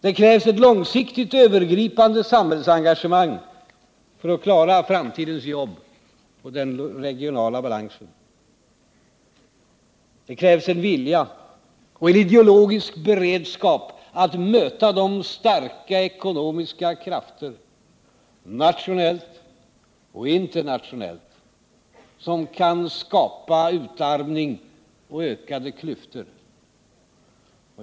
Det krävs ett långsiktigt övergripande samhällsengagemang för att klara framtidens jobb och den regionala balansen. Det krävs en vilja och en ideologisk beredskap att möta de starka ekonomiska krafter, nationellt och internationellt, som kan skapa utarmning och ökade klyftor.